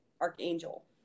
archangel